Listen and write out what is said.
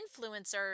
influencers